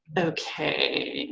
okay,